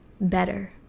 better